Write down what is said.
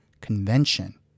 convention